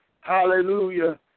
hallelujah